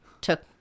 took